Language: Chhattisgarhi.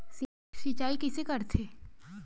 सिंचाई कइसे करथे?